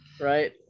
Right